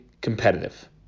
competitive